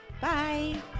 Bye